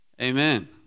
Amen